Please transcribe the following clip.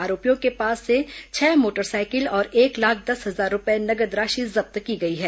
आरोपियों के पास से छह मोटर साइकिल और एक लाख दस हजार रूपए नगद राशि जब्त की गई है